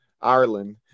Ireland